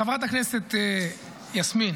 חברת הכנסת יסמין,